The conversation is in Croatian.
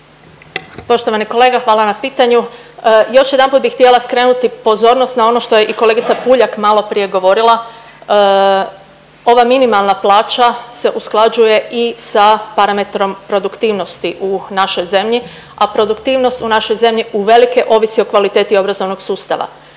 Poštovani kolega, hvala na pitanju. Još jedanput bih htjela skrenuti pozornost na ono što je i kolegica Puljak maloprije govorila. Ova minimalna plaća se usklađuje i sa parametrom produktivnosti u našoj zemlji, a produktivnost u našoj zemlji uveliko ovisi o kvaliteti obrazovnog sustava.